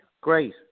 Great